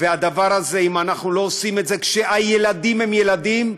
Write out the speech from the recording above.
ואם אנחנו לא עושים את זה כשהילדים הם ילדים,